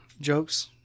jokes